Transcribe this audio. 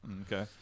Okay